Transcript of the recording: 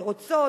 הן רוצות,